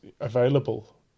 available